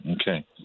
Okay